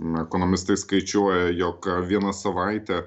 ekonomistai skaičiuoja jog viena savaitė